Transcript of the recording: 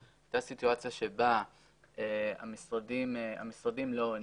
בה המשרדים לא עונים,